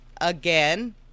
again